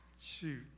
Shoot